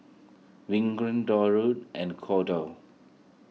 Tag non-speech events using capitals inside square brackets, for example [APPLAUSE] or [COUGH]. [UNINTELLIGIBLE] Durwood and Cordell